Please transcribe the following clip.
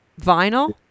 vinyl